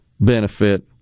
benefit